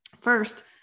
first